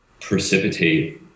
precipitate